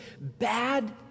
bad